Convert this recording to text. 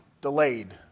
delayed